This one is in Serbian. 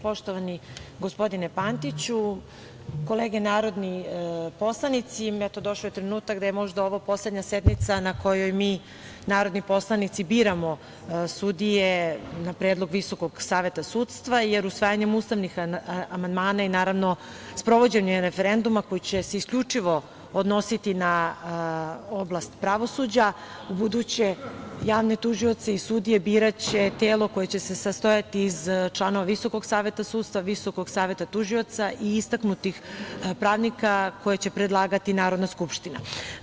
Poštovani gospodine Pantiću, kolege narodni poslanici, došao je trenutak da je možda ovo poslednja sednica na kojoj mi narodni poslanici biramo sudije na predlog Visokog saveta sudstva, jer usvajanjem ustavnih amandmana i sprovođenjem referenduma, koji će se isključivo odnositi na oblast pravosuđa ubuduće javne tužioce i sudije biraće telo koje će se sastojati iz članova Visokog saveta sudstva, Visokog saveta tužioca i istaknutih pravnika koje će predlagati Narodna skupština.